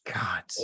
God